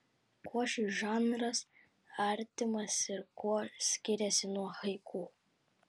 kuo šis žanras artimas ir kuo skiriasi nuo haiku